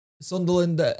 Sunderland